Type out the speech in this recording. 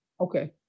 Okay